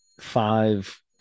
five